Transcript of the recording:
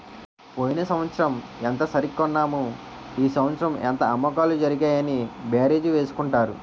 పోయిన సంవత్సరం ఎంత సరికన్నాము ఈ సంవత్సరం ఎంత అమ్మకాలు జరిగాయి అని బేరీజు వేసుకుంటారు